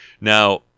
Now